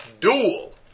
Duel